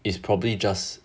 it's probably just